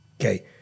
okay